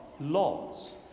laws